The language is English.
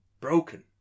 broken